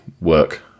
work